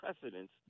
precedence